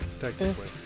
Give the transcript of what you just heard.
technically